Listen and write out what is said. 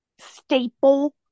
staple